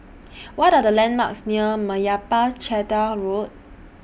What Are The landmarks near Meyappa Chettiar Road